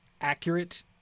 accurate